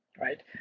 right